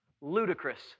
ludicrous